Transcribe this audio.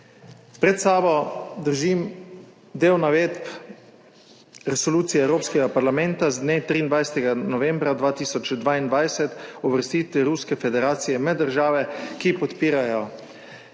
Pred sabo držim del navedb resolucije Evropskega parlamenta z dne 23. novembra 2022, uvrstitev Ruske federacije med države, ki podpirajo